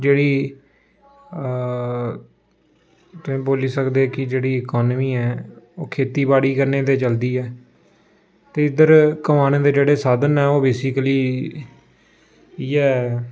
जेहड़ी तुसें बोल्ली सकदे कि जेहड़ी इकानमी ऐ ओह् खेती बाड़ी कन्नै ते चलदी ऐ ते इद्धर कमाने दे जेह्ड़े साधन न ओह् बेसीकली इ'यै